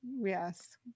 Yes